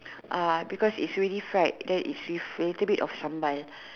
uh because it's really fried then with a little bit of sambal